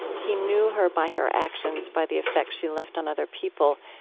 he knew her by her actions, by the effect she left on other people.